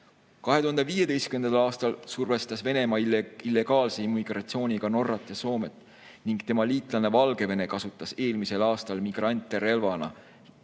2015. aastal survestas Venemaa illegaalse immigratsiooniga Norrat ja Soomet ning tema liitlane Valgevene kasutas eelmisel aastal migrante relvana